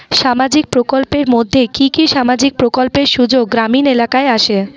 সামাজিক প্রকল্পের মধ্যে কি কি সামাজিক প্রকল্পের সুযোগ গ্রামীণ এলাকায় আসে?